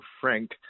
Frank